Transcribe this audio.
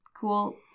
cool